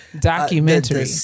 documentary